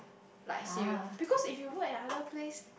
like serious because if you work in other place